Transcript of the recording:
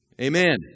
Amen